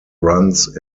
runs